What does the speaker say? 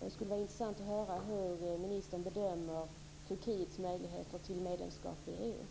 Det skulle vara intressant att höra hur ministern bedömer Turkiets möjligheter till medlemskap i EU.